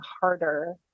harder